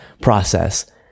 process